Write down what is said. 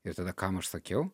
ir tada kam aš sakiau